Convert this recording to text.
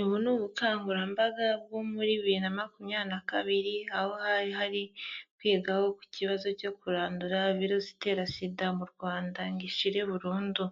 Ubu ni ubukangurambaga bwo muri bibiri na makumyabiri na kabiri, aho hari hari kwiga uko ikibazo cyo kurandura virusi itera sida mu Rwanda ngo ishire burundu.